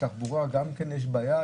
תחבורה גם כן יש בעיה,